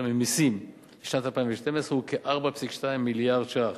ממסים לשנת 2012 הוא כ-4.2 מיליארד ש"ח.